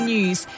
News